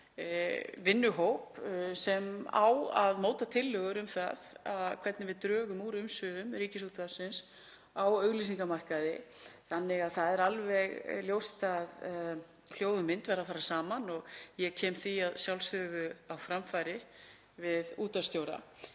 vinnuhóp sem á að móta tillögur um það hvernig við drögum úr umsvifum Ríkisútvarpsins á auglýsingamarkaði. Því er alveg ljóst að hljóð og mynd verða að fara saman og ég kem því að sjálfsögðu á framfæri við útvarpsstjóra.